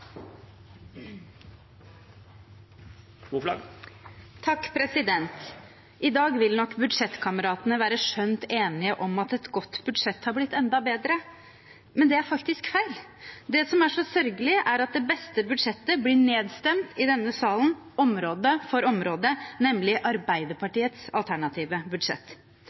I dag vil nok budsjettkameratene være skjønt enige om at et godt budsjett har blitt enda bedre, men det er faktisk feil. Det som er så sørgelig, er at det beste budsjettet blir nedstemt i denne salen område for område, nemlig Arbeiderpartiets alternative budsjett.